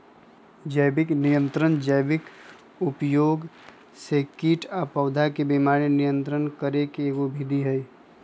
जैविक नियंत्रण जैविक उपयोग से कीट आ पौधा के बीमारी नियंत्रित करे के एगो विधि हई